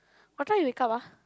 what time you wake up ah